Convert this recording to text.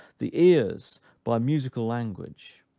the ears by musical language,